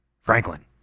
Franklin